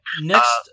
next